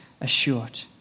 assured